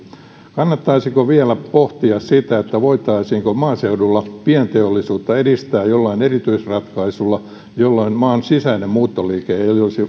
kannattaisiko vielä pohtia sitä voitaisiinko maaseudulla pienteollisuutta edistää jollain erityisratkaisulla jolloin maan sisäinen muuttoliike ei ei olisi